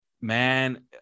man